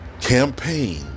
campaign